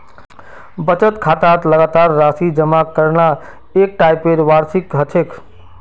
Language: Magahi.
बचत खातात लगातार राशि जमा करना एक टाइपेर वार्षिकी ह छेक